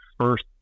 first